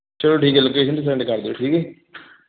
ਚਲੋ ਠੀਕ ਹੈ ਲੋਕੇਸ਼ਨ ਸੈਂਡ ਕਰ ਦਿਓ ਠੀਕ ਹੈ ਜੀ